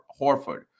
Horford